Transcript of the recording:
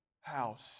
house